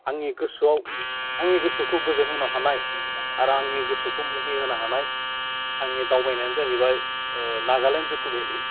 आंनि गोसोआव आंनि गोसोखौ गोजोन होनो हानाय आरो आंनि गोसोखौ मुहि होनो हानाय आंनि दावबायनायानो जाहैबाय नागालेण्ड जुक' भेलि